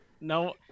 No